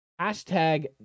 hashtag